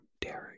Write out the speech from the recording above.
Derek